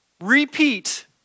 repeat